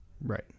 Right